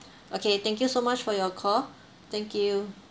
okay thank you so much for your call thank you